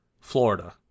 Florida